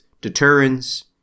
deterrence